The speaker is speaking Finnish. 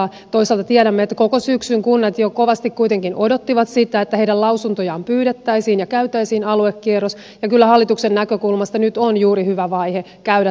toisaalta tiedämme että koko syksyn kunnat jo kovasti kuitenkin odottivat sitä että heidän lausuntojaan pyydettäisiin ja käytäisiin aluekierros ja kyllä hallituksen näkökulmasta nyt on juuri hyvä vaihe käydä tämä